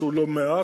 שהוא לא מעט,